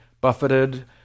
buffeted